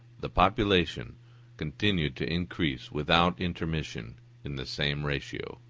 the population continued to increase without intermission in the same ratio.